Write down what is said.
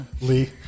Lee